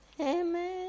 Amen